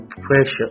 pressure